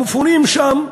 המפונים שם,